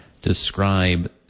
describe